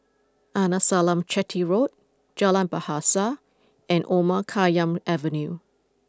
Arnasalam Chetty Road Jalan Bahasa and Omar Khayyam Avenue